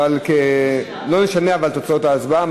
אבל זה לא ישנה את תוצאות ההצבעה.